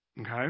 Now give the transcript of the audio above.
Okay